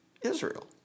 Israel